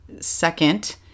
second